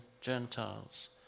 Gentiles